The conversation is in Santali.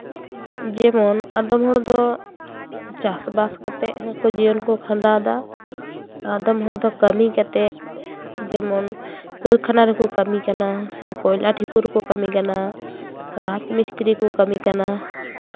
ᱡᱮᱢᱚᱱ ᱟᱫᱚᱢ ᱦᱚᱲ ᱫᱚ ᱪᱟᱥᱼᱵᱟᱥ ᱠᱟᱛᱮᱫ ᱦᱚᱸᱠᱚ ᱡᱤᱭᱚᱱ ᱠᱚ ᱠᱷᱟᱸᱰᱟᱣ ᱫᱟ ᱟᱫᱚᱢ ᱦᱚᱲ ᱫᱚ ᱠᱟᱹᱢᱤ ᱠᱟᱛᱮᱫ ᱡᱮᱢᱚᱱ ᱠᱟᱹᱨᱠᱷᱟᱱᱟ ᱨᱮᱠᱚ ᱠᱟᱹᱢᱤ ᱠᱟᱱᱟ ᱥᱮ ᱠᱚᱭᱞᱟ ᱰᱷᱤᱯᱩ ᱨᱮᱠᱚ ᱠᱟᱹᱢᱤ ᱠᱟᱱᱟ ᱨᱟᱡᱽᱢᱤᱥᱛᱨᱤ ᱠᱚ ᱠᱟᱹᱢᱤ ᱠᱟᱱᱟ